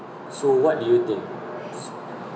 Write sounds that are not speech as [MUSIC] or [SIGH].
so what do you think [NOISE]